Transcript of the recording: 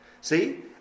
See